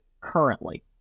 currently